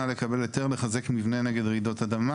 לקבל היתר לחזק מבנה נגד רעידות אדמה.